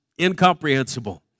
incomprehensible